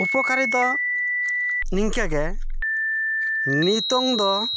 ᱩᱯᱚᱠᱟᱨᱤ ᱫᱚ ᱱᱤᱝᱠᱟᱹ ᱜᱮ ᱱᱤᱛᱚᱝ ᱫᱚ